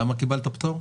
למה קיבלת פטור?